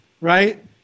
right